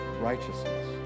righteousness